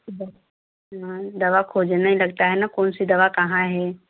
हाँ दवा खोजने लगता हैं ना कौनसी दवा कहाँ है